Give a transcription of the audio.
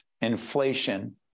inflation